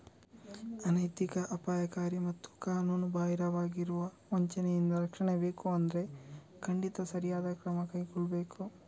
ಅನೈತಿಕ, ಅಪಾಯಕಾರಿ ಮತ್ತು ಕಾನೂನುಬಾಹಿರವಾಗಿರುವ ವಂಚನೆಯಿಂದ ರಕ್ಷಣೆ ಬೇಕು ಅಂದ್ರೆ ಖಂಡಿತ ಸರಿಯಾದ ಕ್ರಮ ತಗೊಳ್ಬೇಕು